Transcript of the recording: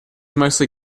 mostly